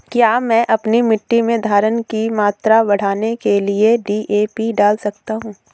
क्या मैं अपनी मिट्टी में धारण की मात्रा बढ़ाने के लिए डी.ए.पी डाल सकता हूँ?